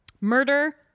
Murder